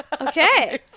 Okay